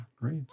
great